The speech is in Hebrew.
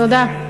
תודה.